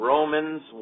Romans